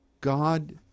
God